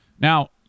Now